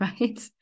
right